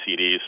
CDs